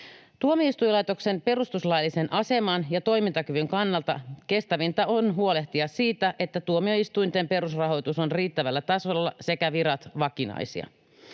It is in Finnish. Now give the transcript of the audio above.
Tuomioistuinlaitoksen perustuslaillisen aseman ja toimintakyvyn kannalta kestävintä on huolehtia siitä, että tuomioistuinten perusrahoitus on riittävällä tasolla sekä virat vakinaisia.